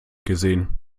gesehen